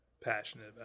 passionate